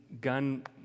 gun